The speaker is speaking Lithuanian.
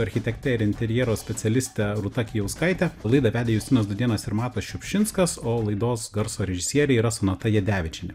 architekte ir interjero specialiste rūta kijauskaite laidą vedė justinas dudėnas ir matas šiupšinskas o laidos garso režisierė yra sonata jadevičienė